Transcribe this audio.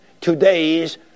today's